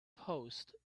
post